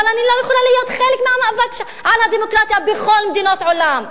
אבל אני לא יכולה להיות חלק מהמאבק על הדמוקרטיה בכל מדינות העולם.